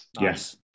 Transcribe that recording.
Yes